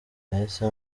nahise